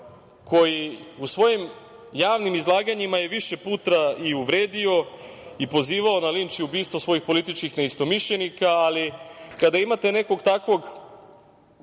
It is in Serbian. koji je u svojim javnim izlaganjima više puta i uvredio i pozivao na linč i ubistvo svojih političkih neistomišljenika, ali kada imate nekog takvog